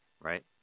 right